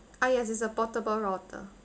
ah yes it's a portable router